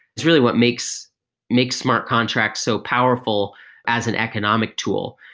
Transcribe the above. it really what makes makes smart contracts so powerful as an economic tool.